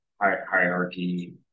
hierarchy